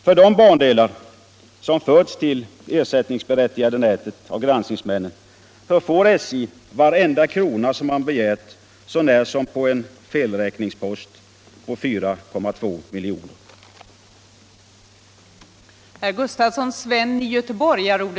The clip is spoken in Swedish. För de bandelar som granskningsmännen har fört till det ersättningsberättigade nätet får SJ varenda krona som man begärt så när som på en felräkningspost på 4,2 milj.kr.